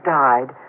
died